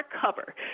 cover